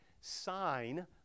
sign